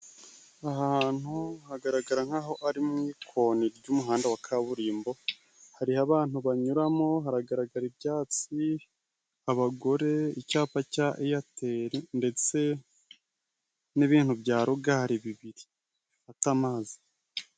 Aha hantu hagaragara nk'aho ari mu ikoni ry'umuhanda wa kaburimbo. Hariho abantu banyuramo, hagaragara ibyatsi, abagore, icyapa cya eyateli, ndetse n'ibintu bya rogari bibiri bifata amazi.